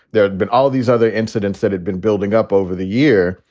there had been all of these other incidents that had been building up over the year.